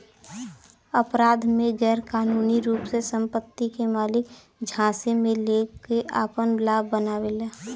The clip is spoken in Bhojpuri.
अपराध में गैरकानूनी रूप से संपत्ति के मालिक झांसे में लेके आपन लाभ बनावेला